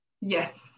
yes